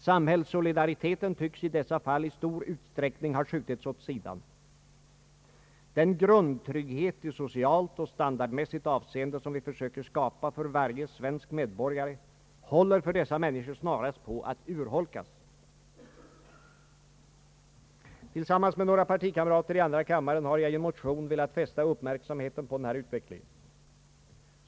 Samhällssolidariteten tycks i dessa fall i stor utsträckning ha skjutits åt sidan. Den grundtrygghet i socialt och standardmässigt avseende som vi försöker skapa för varje svensk medborgare håller för dessa människor snarast på att urholkas. Tillsammans med några partikamrater i andra kammaren har jag i en motion velat fästa uppmärksamheten på denna utveckling.